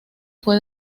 fue